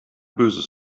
böses